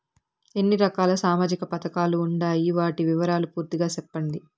ఎన్ని రకాల సామాజిక పథకాలు ఉండాయి? వాటి వివరాలు పూర్తిగా సెప్పండి?